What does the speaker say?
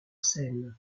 seine